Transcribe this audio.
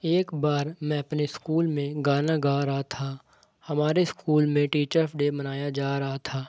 ایک بار میں اپنے اسکول میں گانا گا رہا تھا ہمارے اسکول میں ٹیچرس ڈے منایا جا رہا تھا